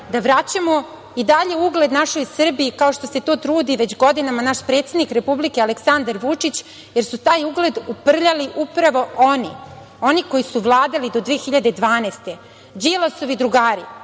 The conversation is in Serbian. da vraćamo i dalje ugled našoj Srbiji, kao što se to trudi već godinama naš predsednik Republike Aleksandar Vučić, jer su taj ugled uprljali upravo oni, oni koji su vladali do 2012. godine, Đilasovi drugari